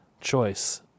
Choice